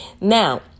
Now